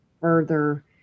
further